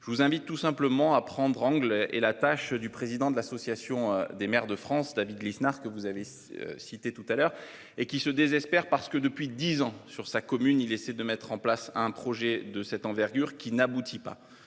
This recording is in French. je vous invite tout simplement à prendre angle et la tâche du président de l'Association des maires de France David Lisnard que vous avez. Cité tout à l'heure et qui se désespère parce que depuis 10 ans sur sa commune, il essaie de mettre en place un projet de cette envergure qui n'aboutit pas,